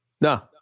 No